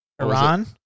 Iran